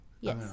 Yes